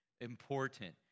important